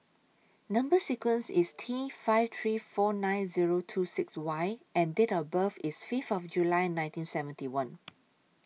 Number sequence IS T five three four nine Zero two six Y and Date of birth IS Fifth of July nineteen seventy one